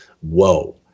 whoa